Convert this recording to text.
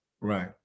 right